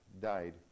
died